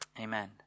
Amen